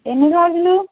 ఎన్ని రోజులు